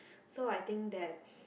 so I think that